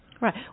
Right